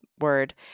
word